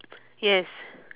yes